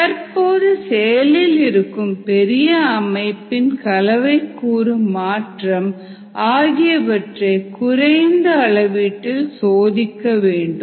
தற்போது செயலில் இருக்கும் பெரிய அமைப்பின் கலவைகூறு மாற்றம் ஆகியவற்றை குறைந்த அள வீட்டில் சோதிக்க வேண்டும்